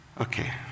Okay